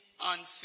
unfair